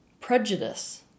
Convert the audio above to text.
prejudice